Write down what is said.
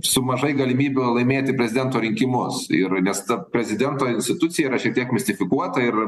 su mažai galimybių laimėti prezidento rinkimus ir nes ta prezidento institucija yra šiek tiek mistifikuota ir